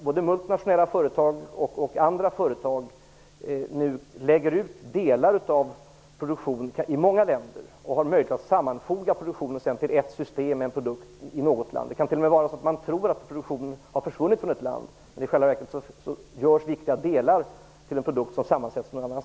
Både multinationella företag och andra företag lägger nu ut delar av sin produktion i många länder, och de har sedan möjlighet att sammanfoga produktionen till ett system, en produkt, i något land. Det kan t.o.m. vara så att man tror att produktionen har försvunnit från något land men att i själva verket viktiga delar av produkten tillverkas där medan sammanfogningen sker någon annanstans.